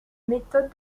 méthodes